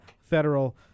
federal